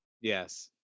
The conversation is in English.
Yes